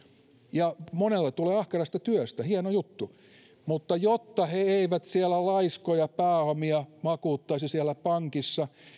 ja monella se tulee ahkerasta työstä hieno juttu mutta jotta he eivät laiskoja pääomia makuuttaisi siellä pankissa